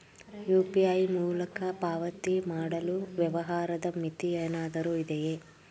UPI ಮೂಲಕ ಪಾವತಿ ಮಾಡಲು ವ್ಯವಹಾರದ ಮಿತಿ ಏನಾದರೂ ಇದೆಯೇ?